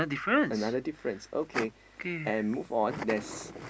another difference okay and move on there's